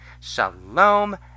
shalom